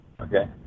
Okay